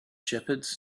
shepherds